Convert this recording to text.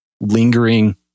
lingering